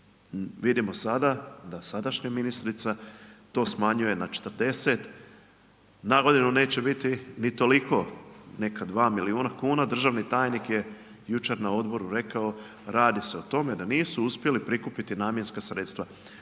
Vidimo sada da sadašnja ministrica to smanjuje na 40, na godinu neće biti ni toliko, neka 2 milijuna kuna. Državni tajnik je jučer na odboru rekao radi se o tome da nisu uspjeli prikupili namjenska sredstva.